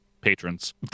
patrons